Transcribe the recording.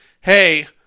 Hey